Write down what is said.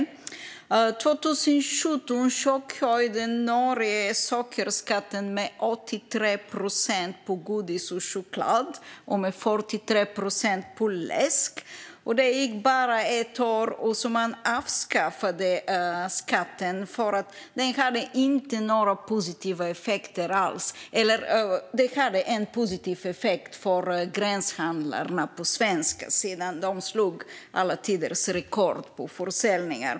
År 2017 chockhöjde Norge sockerskatten med 83 procent på godis och choklad och med 43 procent på läsk. Det gick bara ett år innan man avskaffade skatten. Den hade inte några positiva effekter alls förutom en positiv effekt för gränshandlarna på den svenska sidan. De slog alla tiders rekord på försäljning.